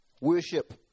Worship